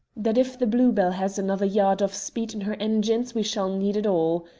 that if the blue-bell has another yard of speed in her engines we shall need it all.